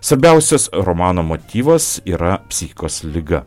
svarbiausias romano motyvas yra psichikos liga